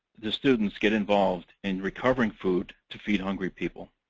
the students get involved in recovering food to feed hungry people.